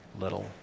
little